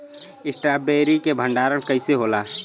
Strawberry के भंडारन कइसे होला?